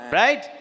right